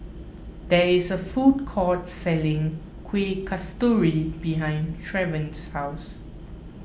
there is a food court selling Kuih Kasturi behind Trayvon's house